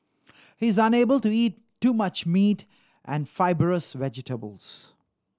he is unable to eat too much meat and fibrous vegetables